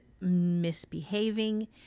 misbehaving